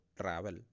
travel